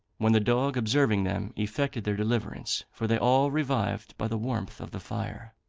when the dog observing them, effected their deliverance, for they all revived by the warmth of the fire.